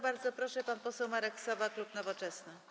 Bardzo proszę, pan poseł Marek Sowa, klub Nowoczesna.